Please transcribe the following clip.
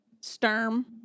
Sturm